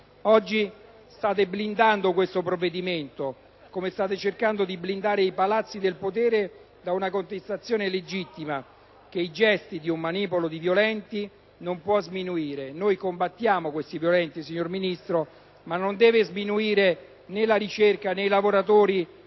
Oggi state blindando questo provvedimento, come state cercando di blindare i palazzi del potere da una contestazione legittima, che i gesti di un manipolo di violenti non puosminuire. Noi combattiamo questi violenti, signor Ministro, ma lei non deve sminuire ne´ la ricerca, ne´ i lavoratori,